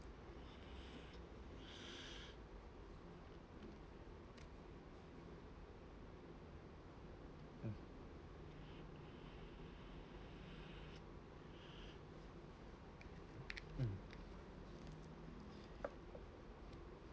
mm